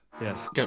Yes